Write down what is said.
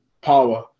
power